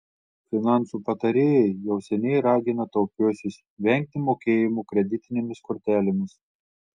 finansų patarėjai jau seniai ragina taupiuosius vengti mokėjimų kreditinėmis kortelėmis